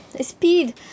speed